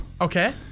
Okay